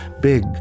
big